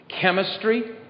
chemistry